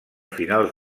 finals